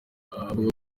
avuga